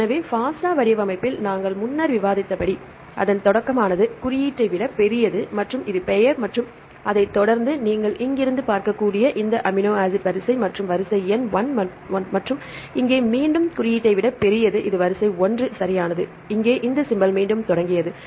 எனவே FASTA வடிவமைப்பில் நாம் முன்னர் விவாதித்தபடி அதன் தொடக்கமானது குறியீட்டை விட பெரியது மற்றும் இது பெயர் மற்றும் அதைத் தொடர்ந்து நீங்கள் இங்கிருந்து பார்க்கக்கூடிய இந்த அமினோ ஆசிட் வரிசை மற்றும் வரிசை எண் 1 மற்றும் இங்கே மீண்டும் குறியீட்டை விட பெரியது இது வரிசை 1 சரியானது இங்கே இந்த சிம்பல் மீண்டும் தொடங்கியது